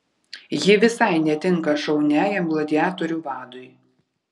ji visai netinka šauniajam gladiatorių vadui